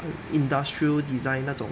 industrial design 那种